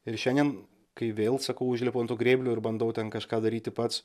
ir šiandien kai vėl sakau užlipu ant grėblio ir bandau ten kažką daryti pats